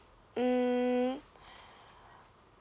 mm